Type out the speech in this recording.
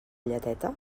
lleteta